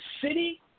city